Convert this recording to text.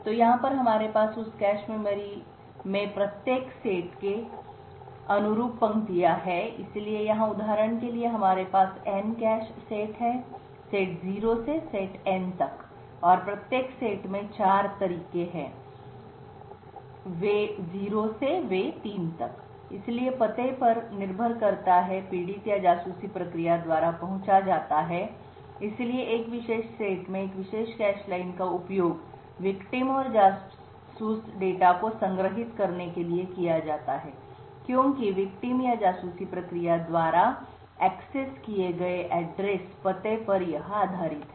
तो यहाँ पर हमारे पास उस विशेष कैश मेमोरी में प्रत्येक सेट के अनुरूप पंक्तियाँ हैं इसलिए यहाँ उदाहरण के लिए हमारे पास N कैश सेट है सेट 0 से सेट N और प्रत्येक सेट में 4 तरीके हैं रास्ता 0 से रास्ता 3 है इसलिए पते पर निर्भर करता है पीड़ित या जासूसी प्रक्रिया द्वारा पहुँचा जाता है इसलिए एक विशेष सेट में एक विशेष कैश लाइन का उपयोग पीड़ित और जासूस डेटा को संग्रहीत करने के लिए किया जाता है क्योंकि विक्टिम या जासूसी प्रक्रिया द्वारा एक्सेस उपयोगित पते पर यह आधारित है